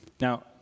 Now